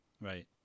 Right